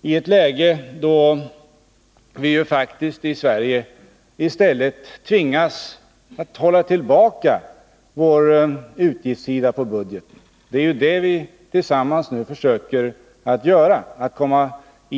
Men läget är nu att vi i Sverige i stället tvingas hålla tillbaka budgetens utgiftssida. Tillsammans försöker vi skapa